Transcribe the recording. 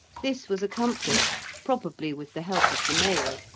this was accomplished, probably with the help of the male,